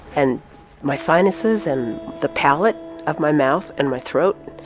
and my sinuses and the palette of my mouth and my throat